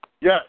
Yes